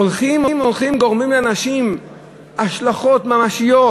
הולכים וגורמים לאנשים השלכות ממשיות